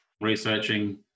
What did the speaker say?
researching